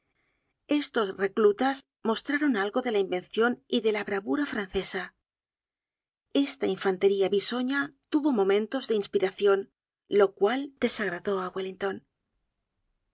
estos reclutas mostraron algo de la invencion y de la bravura francesa esta infantería bisoña tuvo momentos de inspiracion lo cual desagradó á wellington